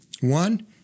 One